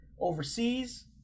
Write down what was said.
overseas